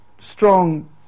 strong